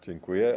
Dziękuję.